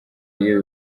iyo